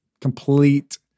complete